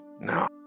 no